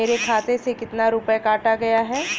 मेरे खाते से कितना रुपया काटा गया है?